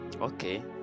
okay